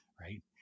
right